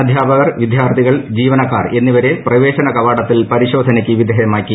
അധ്യാപകർ വിദ്യാർഥികൾ ജീവനക്കാർ എന്നിവരെ പ്രവേശന കവാടത്തിൽ പരിശോധനയ്ക്ക് വിധേയമാക്കി